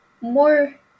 more